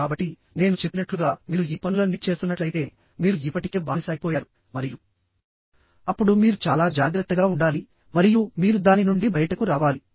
కాబట్టి నేను చెప్పినట్లుగా మీరు ఈ పనులన్నీ చేస్తున్నట్లయితే మీరు ఇప్పటికే బానిస అయిపోయారు మరియు అప్పుడు మీరు చాలా జాగ్రత్తగా ఉండాలి మరియు మీరు దాని నుండి బయటకు రావాలి